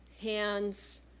hands